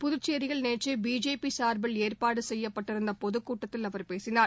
புதுச்சேரியில் நேற்று பிஜேபி சார்பில் ஏற்பாடு செய்யப்பட்டிருந்த பொதுக்கூட்டத்தில் அவர் பேசினார்